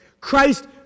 Christ